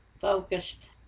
focused